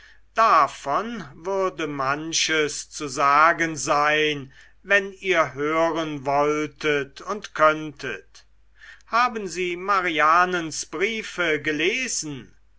davon würde manches zu sagen sein wenn ihr hören wolltet und könntet haben sie marianens briefe gelesen